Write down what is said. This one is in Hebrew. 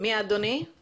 שמי עורך דין חיים שיבי,